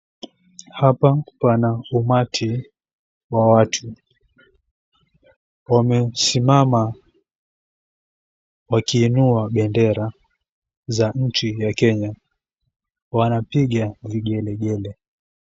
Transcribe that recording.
Hapa pana umati wa watu wamesimama wakiinua bendera za nchi ya Kenya wanapiga vigelegele.